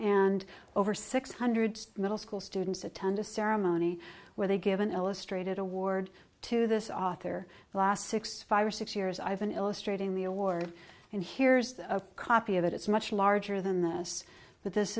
and over six hundred middle school students attend a ceremony where they give an illustrated award to this author last six five or six years i've been illustrating the award and here's a copy of it it's much larger than this